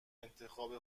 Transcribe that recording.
انتخاب